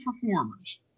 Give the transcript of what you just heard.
performers